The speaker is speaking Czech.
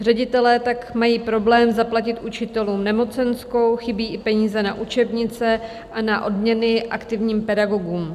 Ředitelé tak mají problém zaplatit učitelům nemocenskou, chybí i peníze na učebnice, na odměny aktivním pedagogům.